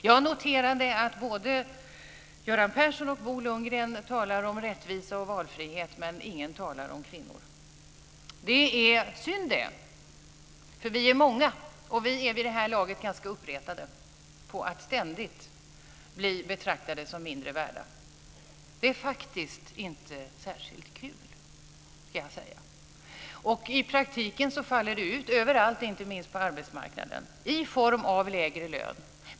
Jag noterade att både Göran Persson och Bo Lundgren talade om rättvisa och valfrihet, men ingen talade om kvinnor. Det är synd det, eftersom vi är många. Och vi är vid det här laget ganska uppretade på att ständigt bli betraktade som mindre värda. Det är faktiskt inte särskilt kul, ska jag säga. I praktiken faller det ut överallt, inte minst på arbetsmarknaden i form av lägre lön.